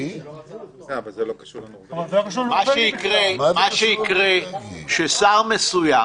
מה שייקרה, ששר מסוים